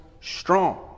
strong